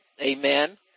Amen